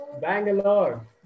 Bangalore